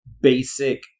basic